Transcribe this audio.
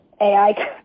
AI